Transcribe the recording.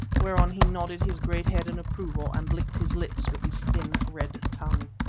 whereon he nodded his great head in approval and licked his lips with his thin red tongue.